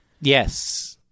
Yes